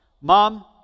Mom